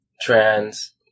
trans